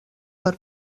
per